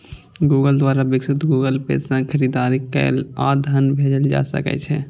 Google द्वारा विकसित Google pay सं खरीदारी कैल आ धन भेजल जा सकै छै